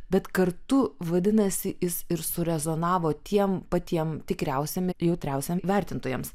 bet kartu vadinasi jis ir su rezonavo tiem patiem tikriausiam jautriausiam vertintojams